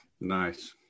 Nice